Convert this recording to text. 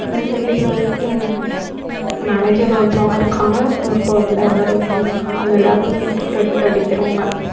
இந்த இல்லை இதில் வந்துட்டும் மேனேஜர் ஒருத்தங்க இருக்காங்க ஒரு லேபர் ஒருத்தங்க இருக்காங்க அந்த லேபர் வந்துட்டு பிரிண்ட் அடிக்கிறவங்க